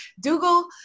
Dougal